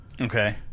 Okay